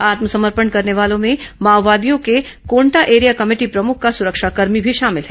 आत्मसमर्पण करने वालों में माओवादियों के कोंटा एरिया कमेटी प्रमुख का सुरक्षाकर्मी भी शामिल है